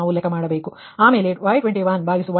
36 116